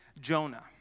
Jonah